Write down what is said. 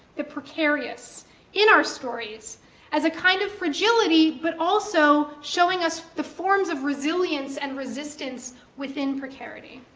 the precarious in our stories as a kind of fragility, but also showing us the forms of resilience and resistance within precarity.